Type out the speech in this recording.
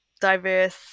diverse